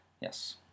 yes